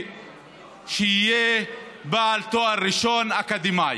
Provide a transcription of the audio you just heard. שיהיה בעל תואר ראשון אקדמי.